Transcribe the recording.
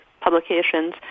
publications